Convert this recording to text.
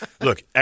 look